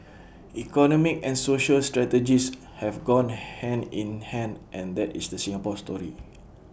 economic and social strategies have gone hand in hand and that is the Singapore story